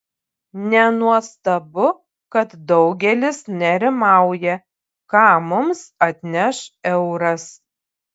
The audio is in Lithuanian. nenuostabu kad daugelis nerimauja ką mums atneš euras